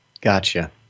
Gotcha